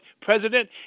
president